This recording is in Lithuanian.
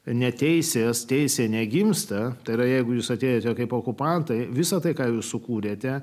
neteisės teisė negimsta tada jeigu jūs atėjote kaip okupantai visa tai ką jūs sukūrėte